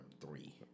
three